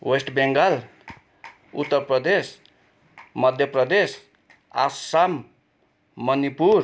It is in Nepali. वेस्ट बेङ्गल उत्तर प्रदेश मध्य प्रदेश असम मणिपुर